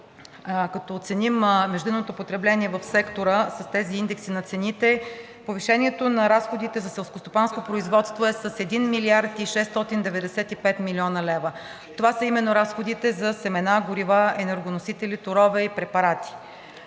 като оценим междинното потребление в сектора с тези индекси на цените, повишението на разходите за селскостопанско производство е с 1 млрд. 695 млн. лв. Това са именно разходите за семена, горива, енергоносители, торове и препарати.